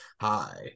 Hi